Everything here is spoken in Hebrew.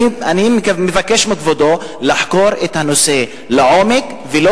אני מבקש מכבודו לחקור את הנושא לעומק,